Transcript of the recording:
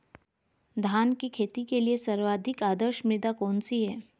धान की खेती के लिए सर्वाधिक आदर्श मृदा कौन सी है?